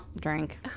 drink